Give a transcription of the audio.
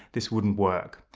this wouldn't work.